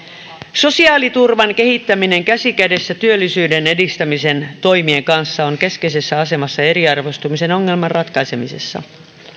sosiaaliturvan kehittäminen käsi kädessä työllisyyden edistämisen toimien kanssa on keskeisessä asemassa eriarvoistumisen ongelman ratkaisemisessa